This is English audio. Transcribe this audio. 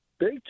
Big